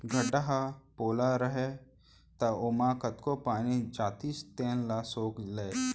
गड्ढ़ा ह पोला रहय त ओमा कतको पानी जातिस तेन ल सोख लय